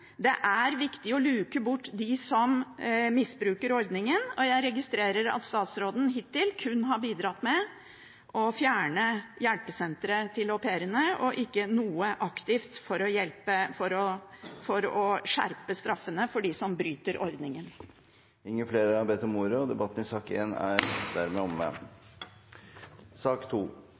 Det er viktig å luke bort dem som misbruker ordningen, og jeg registrerer at statsråden hittil kun har bidratt med å fjerne hjelpesenteret for au pairene, og ikke har gjort noe aktivt for å skjerpe straffene for dem som bryter reglene for ordningen. Flere har ikke bedt om ordet til sak nr. 1. Etter ønske fra kommunal- og